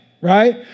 right